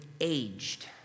aged